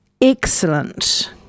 excellent